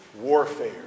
warfare